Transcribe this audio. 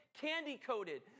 candy-coated